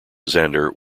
xander